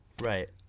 Right